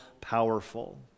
powerful